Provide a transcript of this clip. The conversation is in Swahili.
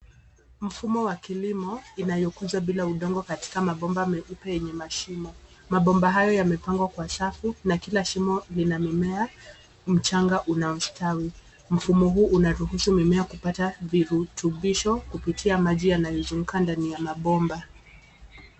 Mfumo wa kilimo, inayokuzwa bila udongo katika mabomba meupe yenye mashimo. Mabomba haya yamepangwa kwa safu na kila shimo lina mimea, mchanga unaostawi, mfumo huu unaruhusu mimea kupata virutubisho kupitia maji yanayozunguka ndani ya mabomba.